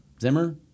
Zimmer